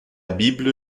bible